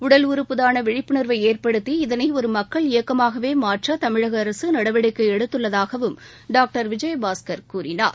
உடல் உறுப்பு தான விழிப்புனர்வை ஏற்படுத்தி இதனை ஒரு மக்கள் இயக்கமாகவே மாற்ற தமிழக அரசு நடவடிக்கை எடுத்துள்ளதாகவும் டாக்டர் விஜயபாஸ்கர் கூறினார்